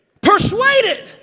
persuaded